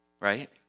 Right